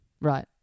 Right